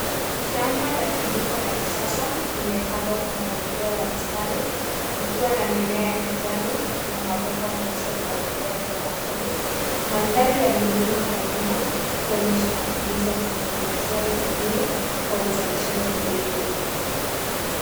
Shamba la kilimo la kisasa limepandwa kwa mpangilio wa mistari, likiwa na mimea ya kijani na mabomba meusi ya umwagiliaji wa matone. Mandhari ya milima kwa nyuma huonyesha matumizi ya teknolojia vijijini kwa uzalishaji endelevu.